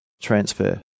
transfer